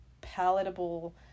palatable